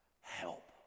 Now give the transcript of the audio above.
help